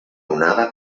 onada